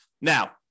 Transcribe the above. Now